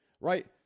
right